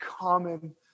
common